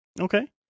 Okay